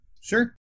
Sure